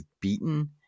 beaten